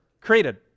created